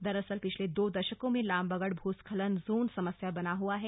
दरअसल पिछले दो दशकों से लामबगड़ भूस्खलन जोन समस्या बना हुआ है